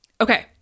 Okay